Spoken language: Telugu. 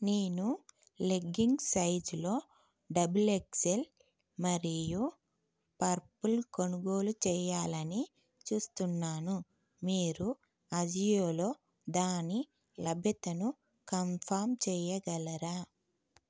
నేను లెగ్గింగ్స్ సైజ్లో డబుల్ ఎక్సెల్ మరియు పర్పుల్ కొనుగోలు చెయ్యాలని చూస్తున్నాను మీరు అజియోలో దాని లభ్యతను కంఫార్మ్ చెయ్యగలరా